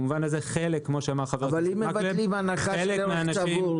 אם מבטלים הנחה של ערך צבור,